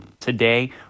Today